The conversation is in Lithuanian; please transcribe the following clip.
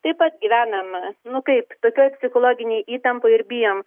taip pat gyvenam nu kaip tokioj psichologinėj įtampoj ir bijom